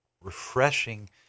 refreshing